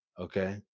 Okay